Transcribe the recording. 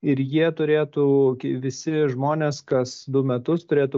ir jie turėtų visi žmonės kas du metus turėtų